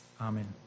Amen